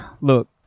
look